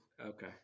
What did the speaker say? Okay